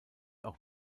auch